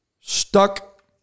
stuck